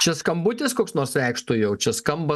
čia skambutis koks nors reikštų jau čia skamba